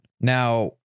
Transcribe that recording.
Now